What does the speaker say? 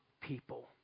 people